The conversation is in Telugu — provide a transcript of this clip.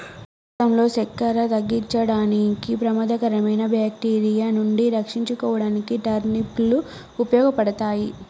రక్తంలో సక్కెర తగ్గించడానికి, ప్రమాదకరమైన బాక్టీరియా నుండి రక్షించుకోడానికి టర్నిప్ లు ఉపయోగపడతాయి